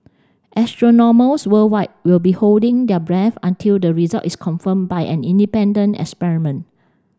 astronomers worldwide will be holding their breath until the result is confirmed by an independent experiment